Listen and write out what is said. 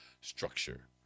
structure